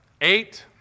Eight